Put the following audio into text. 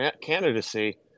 candidacy